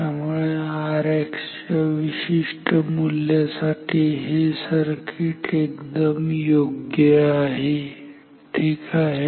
त्यामुळे Rx च्या विशिष्ट मूल्यासाठी हे सर्किट एकदम योग्य आहे ठीक आहे